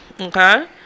okay